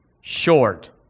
short